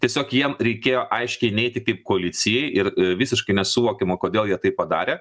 tiesiog jiem reikėjo aiškiai neiti kaip koalicijai ir visiškai nesuvokiama kodėl jie tai padarė